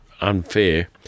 unfair